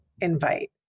invite